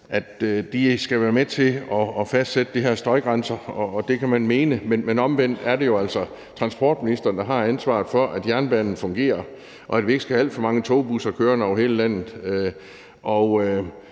at de skal være med til at fastsætte de her støjgrænser, og det kan man mene, men omvendt er det jo altså transportministeren, der har ansvaret for, at jernbanen fungerer, og at vi ikke skal have alt for mange togbusser kørende over hele landet.